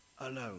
alone